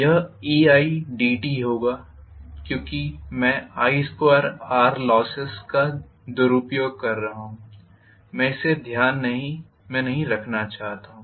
यह eidt होगा क्योंकि मैं I2R लोसेस का दुरुपयोग कर रहा हूं मैं इसे ध्यान में नहीं रखना चाहता हूं